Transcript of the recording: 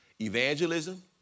evangelism